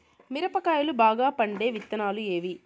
మిరప కాయలు బాగా పండే విత్తనాలు ఏవి